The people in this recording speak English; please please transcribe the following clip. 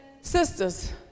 sisters